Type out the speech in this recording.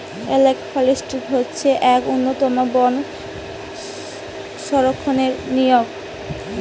analogue forestry হচ্ছে এক উন্নতম বন সংরক্ষণের নিয়ম